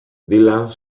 dylan